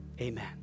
amen